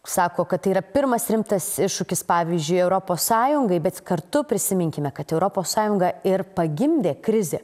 sako kad tai yra pirmas rimtas iššūkis pavyzdžiui europos sąjungai bet kartu prisiminkime kad europos sąjungą ir pagimdė krizė